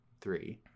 three